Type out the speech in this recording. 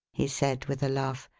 he said, with a laugh.